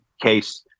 case